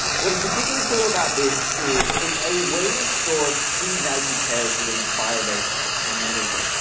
what is particularly cool about this is it's a way to store key value pairs within firebase and manage them.